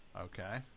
Okay